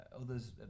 others